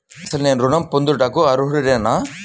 అసలు నేను ఋణం పొందుటకు అర్హుడనేన?